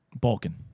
Balkan